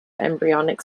embryonic